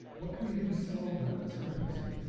what can we do to solve that discrepancy?